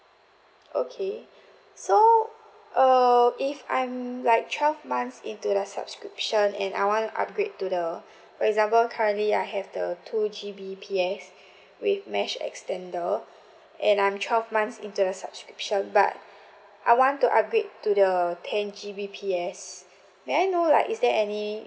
okay so uh if I'm like twelve months into the subscription and I wanna upgrade to the for example currently I have the two G_B_P_S with mesh extender and I'm twelve months into the subscription but I want to upgrade to the ten G_B_P_S may I know like is there any